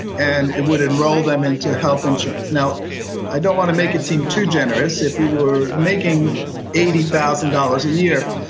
and it would enrol them into health insurance. i don't want to make it seem too generous. if you were making eighty thousand dollars a year,